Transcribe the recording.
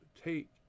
take